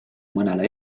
mõnele